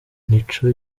nico